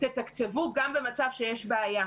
תתקצבו גם במצב שיש בעיה.